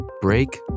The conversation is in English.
Break